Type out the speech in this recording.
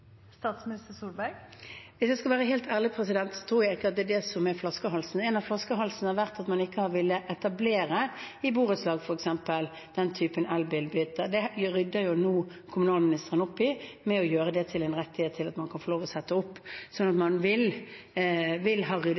Hvis jeg skal være helt ærlig, tror jeg ikke det er det som er flaskehalsen. En av flaskehalsene har vært at man ikke har villet etablere f.eks. ladepunkter for elbil i borettslag. Det rydder nå kommunalministeren opp i ved å gjøre det til en rettighet at man kan få lov til å sette opp – så man vil ha ryddet